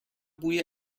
بوی